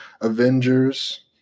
Avengers